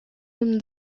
him